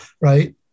Right